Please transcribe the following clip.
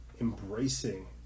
embracing